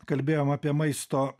kalbėjom apie maisto